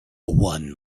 one